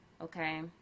okay